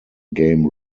game